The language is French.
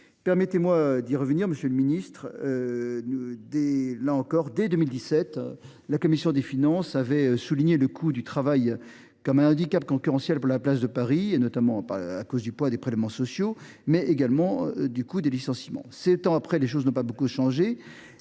Permettez moi d’y revenir, monsieur le ministre : là encore, dès 2017, la commission des finances avait souligné que le coût du travail représentait un « handicap concurrentiel » pour la place de Paris, notamment en raison du poids des prélèvements sociaux, mais aussi du coût des licenciements. Sept ans plus tard, les choses n’ont pas beaucoup changé.